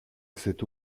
cette